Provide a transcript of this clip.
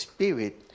Spirit